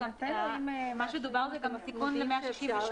מה שדובר זה גם הסיכום ל-168.